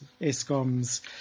ESCOM's